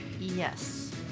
Yes